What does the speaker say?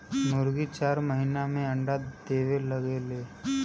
मुरगी चार महिना में अंडा देवे लगेले